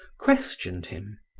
questioned him.